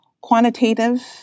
quantitative